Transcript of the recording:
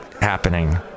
happening